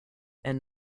and